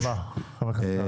ברוך הבא חבר הכנסת סעדי.